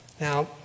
Now